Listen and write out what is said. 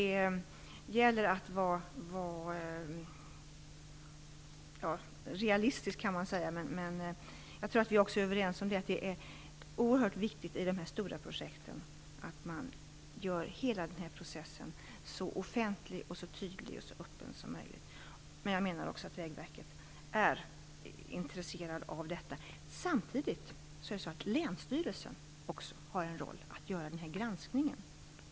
Det gäller att vara realistisk. Jag tror att vi är överens om att det är oerhört viktigt i de stora projekten att hela processen görs så offentlig, tydlig och öppen som möjligt. Jag menar också att man på Vägverket är intresserad av detta. Samtidigt har också Länsstyrelsen en roll i att göra denna granskning.